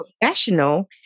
professional